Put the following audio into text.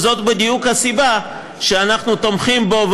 וזאת בדיוק הסיבה שאנחנו תומכים בו,